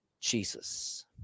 Jesus